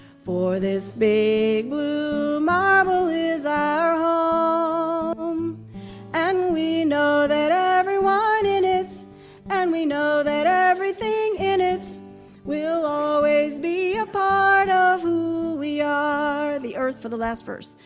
for this big blue marble is our home um and we know that everyone in it and we know that everything in it will always be a part of who we are, the earth for the last verse,